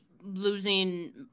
losing